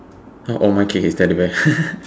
ah oh my kid is his teddy bear